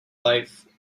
life